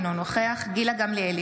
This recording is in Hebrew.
אינו נוכח גילה גמליאל,